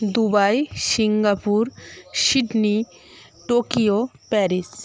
Dubai Singapore Sydney Tokyo Paris